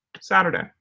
Saturday